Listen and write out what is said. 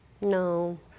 No